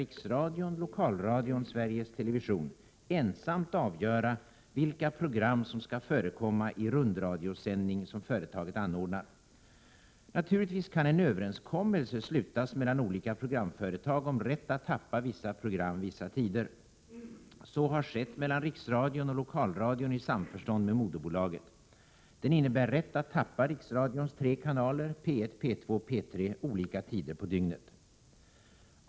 Riksradion, Lokalradion, Sveriges Television — ensamt avgöra vilka program som skall förekomma i rundradiosändningar som företaget anordnar. Naturligtvis kan en överenskommelse slutas mellan olika programföretag om rätt att tappa vissa program vissa tider. Så har skett mellan Riksradion och Lokalradion i samförstånd med moderbolaget. Den innebär rätt att tappa Riksradions tre kanaler — P1, P2 och P3 - olika tider på dygnet.